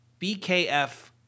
BKF